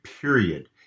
period